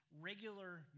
regular